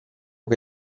che